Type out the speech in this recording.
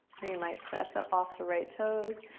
or you might press up off the right toes.